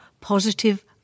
positive